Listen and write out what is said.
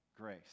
grace